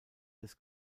des